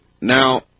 Now